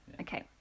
Okay